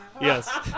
Yes